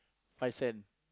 five cent